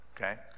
Okay